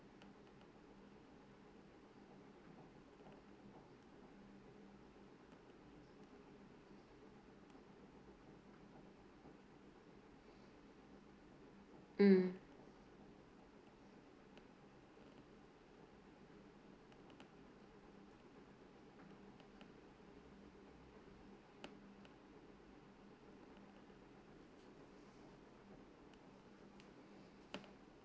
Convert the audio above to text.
mm